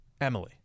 Emily